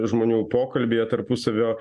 žmonių pokalbyje tarpusavio